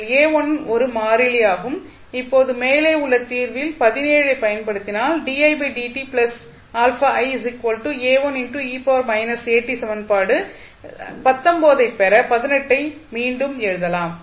அதில் ஒரு மாறிலி ஆகும் இப்போது மேலே உள்ள தீர்வில் ஐ பயன்படுத்தினால் சமன்பாடு எண் ஐப் பெற ஐ மீண்டும் எழுதலாம்